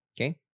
Okay